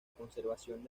conservación